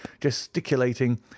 gesticulating